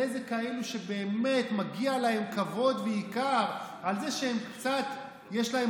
וכאלה שבאמת מגיע להם כבוד ויקר על זה שקצת יש להם